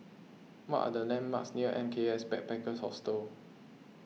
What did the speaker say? what are the landmarks near M K S Backpackers Hostel